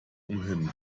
umhin